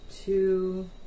Two